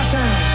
Time